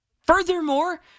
Furthermore